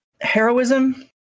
Heroism